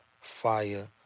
Fire